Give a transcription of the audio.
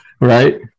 right